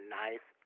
nice